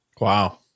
Wow